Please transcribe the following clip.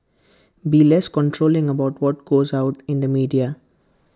be less controlling about what goes out in the media